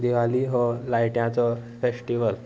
दिवाली हो लायट्यांचो फेस्टिवल